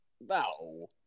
No